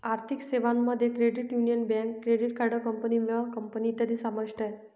आर्थिक सेवांमध्ये credit union, bank, credit card company, विमा कंपनी इत्यादी समाविष्ट आहे